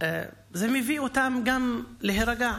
זה מביא אותם גם להירגע.